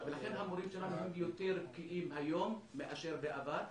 לכן המורים שלנו הם יותר בקיאים היום מאשר בעבר.